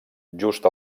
just